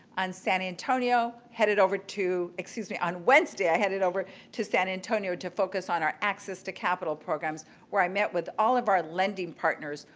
on san antonio, headed over to. excuse me. on wednesday, i headed over to san antonio to focus on our access to capital programs where i met with all of our lending partners.